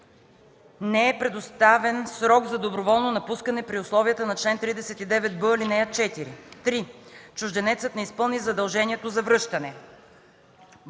не е предоставен срок за доброволно напускане при условията на чл. 39б, ал. 4; 3. чужденецът не изпълни задължението за връщане.”;